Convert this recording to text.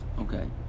Okay